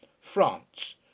France